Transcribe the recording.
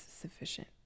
sufficient